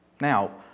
now